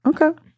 Okay